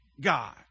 God